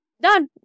done